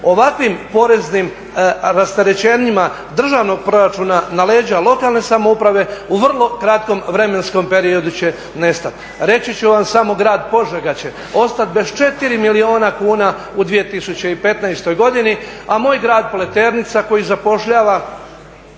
ovakvim poreznim rasterećenjima državnog proračuna na leđa lokalne samouprave u vrlo kratkom vremenskom periodu će nestati. Reći ću vam samo grad Požega će ostati bez 4 milijuna kuna u 2015. godini, a moj grad Pleternica koji zapošljava